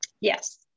Yes